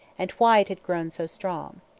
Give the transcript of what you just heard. and why it had grown so strong.